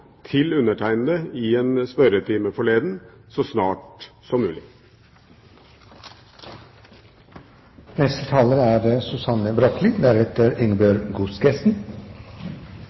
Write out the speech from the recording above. til undertegnede i en spørretime forleden, så snart som